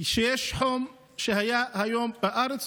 של חום כמו שהיה היום בארץ,